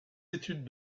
études